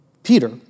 Peter